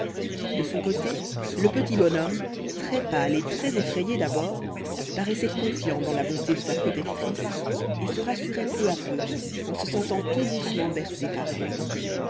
de son côté le petit bonhomme très pâle et très effrayé d'abord paraissait confiant dans la bonté de sa protectrice et se rassurait peu à peu en se sentant tout doucement bercé par elle